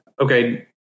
okay